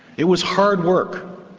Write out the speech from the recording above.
it was hard work.